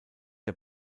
der